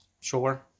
Sure